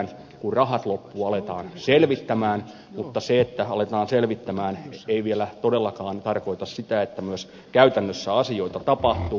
kun rahat loppuvat aletaan selvittää mutta se että aletaan selvittää ei vielä todellakaan tarkoita sitä että myös käytännössä asioita tapahtuu